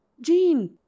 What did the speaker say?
jean